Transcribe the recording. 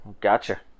Gotcha